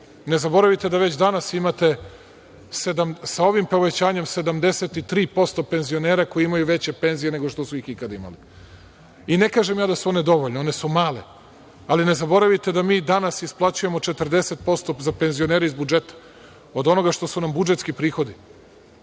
zaboravite da već danas imate sa ovim povećanjem 73% penzionera koji imaju veće penzije nego što su ih ikada imali. I ne kažem ja da su one dovoljne. One su male, ali ne zaboravite da mi danas isplaćujemo 40% za penzionere iz budžeta od onoga što su nam budžetski prihodi